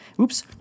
Oops